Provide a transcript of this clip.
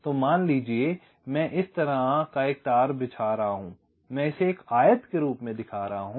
तो मान लीजिए कि मैं इस तरह एक तार बिछा रहा हूं मैं इसे एक आयत के रूप में दिखा रहा हूं